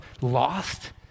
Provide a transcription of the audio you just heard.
lost